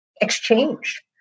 exchange